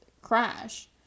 crash